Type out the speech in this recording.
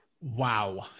Wow